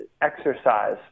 exercise